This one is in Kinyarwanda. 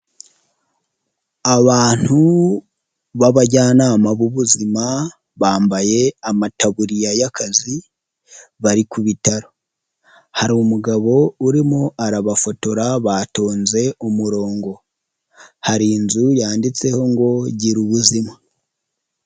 Abantu b'abajyanama b'ubuzima bambaye amataburiya y'akazi bari ku bitaro, hari umugabo urimo arabafotora batonze umurongo, hari inzu yanditseho ngo: "Girubuzima".